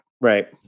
right